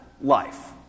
life